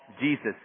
Jesus